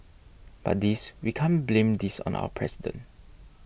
but this we can't blame this on our president